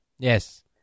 Yes